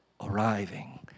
arriving